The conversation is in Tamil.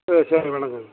சரி சார் வணக்கம்